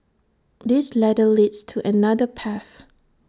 this ladder leads to another path